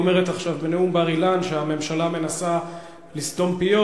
אומרת עכשיו בנאום בר-אילן שהממשלה מנסה לסתום פיות.